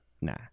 Nah